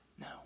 No